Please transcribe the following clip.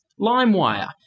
LimeWire